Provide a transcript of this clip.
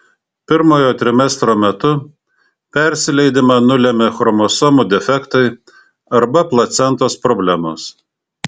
pirmojo trimestro metu persileidimą nulemia chromosomų defektai arba placentos problemos